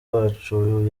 wacu